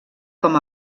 com